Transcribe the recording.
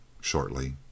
Shortly